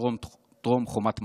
טרום חומת מגן,